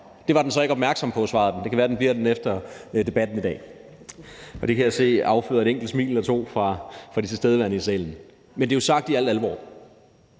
Det var den så ikke opmærksom på, svarede den. Men det kan være at den bliver det efter debatten i dag, og det kan jeg se afføder et enkelt smil eller to fra de tilstedeværende i salen, men det er jo sagt i al alvor.